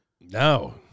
No